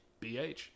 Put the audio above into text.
BH